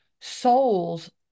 souls